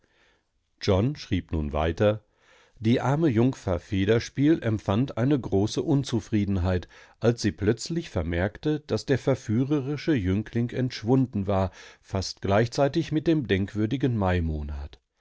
john schrieb nun weiter die arme jungfer federspiel empfand eine große unzufriedenheit als sie plötzlich vermerkte daß der verführerische jüngling entschwunden war fast gleichzeitig mit dem denkwürdigen maimonat